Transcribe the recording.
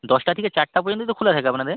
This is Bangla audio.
দশটা থেকে চারটা পর্যন্তই তো খোলা থাকে আপনাদের